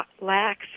lacks